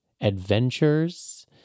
adventures